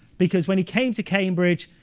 because when he came to cambridge,